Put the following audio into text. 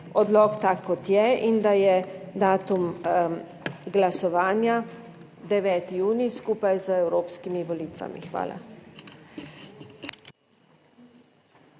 odlok tak, kot je, in da je datum glasovanja 9. junij skupaj z evropskimi volitvami. Hvala.